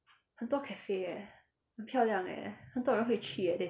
很多 cafe eh 很漂亮 eh 很多人会去 eh